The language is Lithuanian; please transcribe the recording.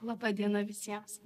laba diena visiems